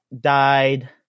died